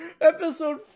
Episode